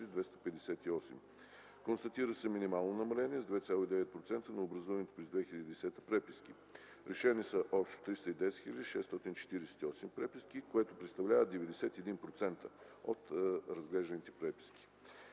258. Констатира се минимално намаление с 2,9% на образуваните през 2010 г. преписки. Решени са общо 310 648, което представлява 91% от наблюдаваните преписки.